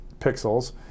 pixels